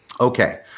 Okay